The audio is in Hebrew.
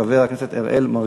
חבר הכנסת טלב אבו עראר,